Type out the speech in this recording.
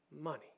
money